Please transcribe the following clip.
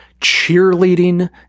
cheerleading